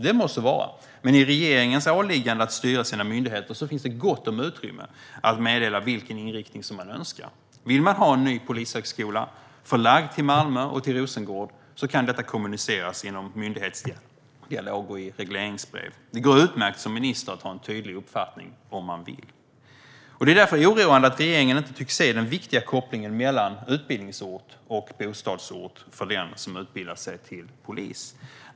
Det må så vara, men i regeringens åliggande att styra sina myndigheter finns det gott om utrymme att meddela vilken inriktning som man önskar. Vill man ha en ny polishögskola förlagd till Malmö och Rosengård kan detta kommuniceras inom myndighetsdialog och i regleringsbrev. Det går utmärkt att som minister ha en tydlig uppfattning - om man vill. Det är därför oroande att regeringen inte tycks se den viktiga kopplingen mellan utbildningsort och bostadsort för den som utbildar sig till polis.